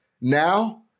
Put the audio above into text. Now